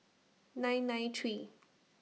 nine nine three